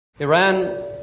Iran